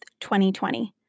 2020